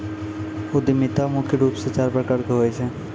उद्यमिता मुख्य रूप से चार प्रकार के होय छै